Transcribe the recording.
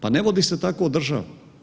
Pa ne vodi se tako država.